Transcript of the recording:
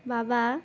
বাবা